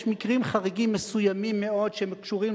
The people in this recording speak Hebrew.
יש מקרים חריגים מסוימים מאוד שקשורים